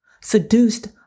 seduced